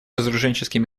разоруженческий